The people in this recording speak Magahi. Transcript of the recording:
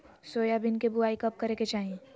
सोयाबीन के बुआई कब करे के चाहि?